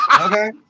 Okay